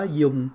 dùng